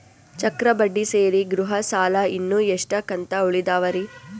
ಚಕ್ರ ಬಡ್ಡಿ ಸೇರಿ ಗೃಹ ಸಾಲ ಇನ್ನು ಎಷ್ಟ ಕಂತ ಉಳಿದಾವರಿ?